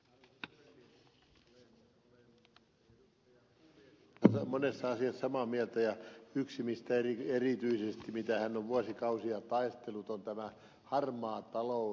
pulliaisen kanssa monesta asiasta samaa mieltä ja yksi mistä hän on vuosikausia erityisesti taistellut on tämä harmaa talous